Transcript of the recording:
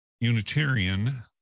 Unitarian